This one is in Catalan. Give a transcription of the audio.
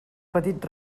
petit